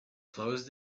closed